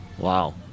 Wow